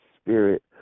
spirit